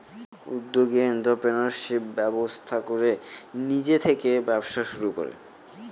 উদ্যোগী এন্ট্ররপ্রেনিউরশিপ ব্যবস্থা করে নিজে থেকে ব্যবসা শুরু করে